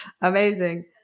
amazing